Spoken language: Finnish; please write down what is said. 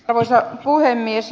arvoisa puhemies